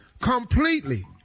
completely